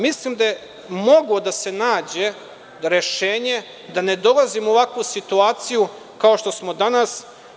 Mislim da je moglo da se nađe rešenje, da ne dolazimo u ovakvu situaciju kao što smo danas.